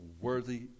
Worthy